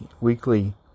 weekly